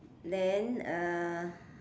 then uh